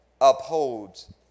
upholds